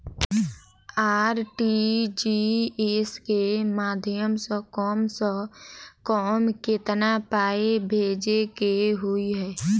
RTGS केँ माध्यम सँ कम सऽ कम केतना पाय भेजे केँ होइ हय?